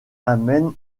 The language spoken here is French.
amène